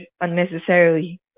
unnecessarily